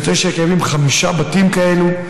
הוא מציין שקיימים חמישה בתים כאלה.